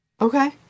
Okay